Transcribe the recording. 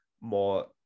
more